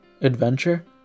adventure